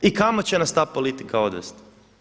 I kamo će nas ta politika odvesti.